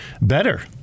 better